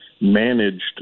managed